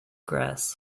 grass